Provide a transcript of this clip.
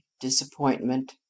disappointment